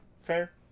fair